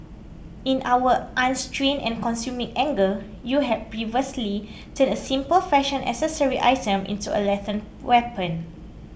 in our unrestrained and consuming anger you had perversely turned a simple fashion accessory item into a lethal weapon